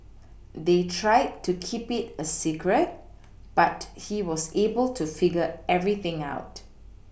they tried to keep it a secret but he was able to figure everything out